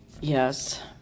Yes